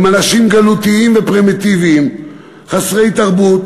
אנשים גלותיים ופרימיטיביים חסרי תרבות,